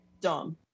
Dumb